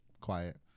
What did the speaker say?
Quiet